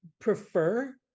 prefer